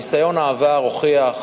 ניסיון העבר הוכיח,